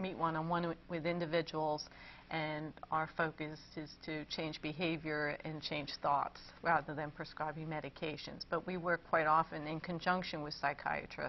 meet one on one with individuals and our focus is to change behavior and change thoughts rather than prescribe new medications but we were quite often in conjunction with psychiatry